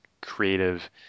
creative